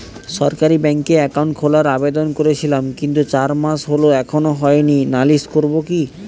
সরকারি ব্যাংকে একাউন্ট খোলার আবেদন করেছিলাম কিন্তু চার মাস হল এখনো হয়নি নালিশ করব কি?